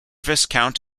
viscount